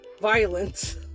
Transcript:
violence